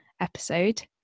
episode